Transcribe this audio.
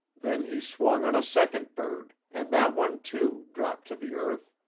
then he swung on a second bird and that one, too, dropped to the earth.